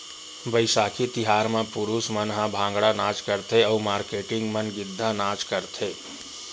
बइसाखी तिहार म पुरूस मन ह भांगड़ा नाच करथे अउ मारकेटिंग मन गिद्दा नाच करथे